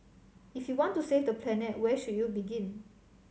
if you want to save the planet where should you begin